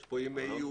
יש פה ימי עיון,